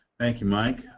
thank you, mike.